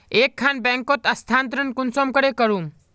एक खान बैंकोत स्थानंतरण कुंसम करे करूम?